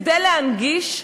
כדי להנגיש,